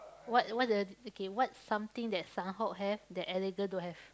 what what the okay what something that Sanhok have that Erangel don't have